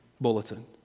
bulletin